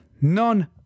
none